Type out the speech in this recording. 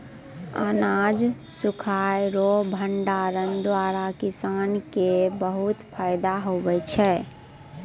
अनाज सुखाय रो भंडारण द्वारा किसान के बहुत फैदा हुवै छै